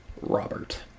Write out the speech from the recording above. Robert